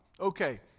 Okay